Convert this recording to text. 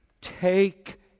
take